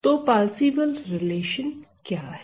तो partial relation क्या है